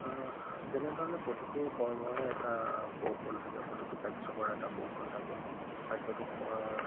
যেনেধৰণে প্ৰতিটো কৰ্মৰে এটা কৌশল থাকে প্ৰতিটো কাৰ্য্য়কৰ এটা কৌশল থাকে কাৰ্য্য়টোক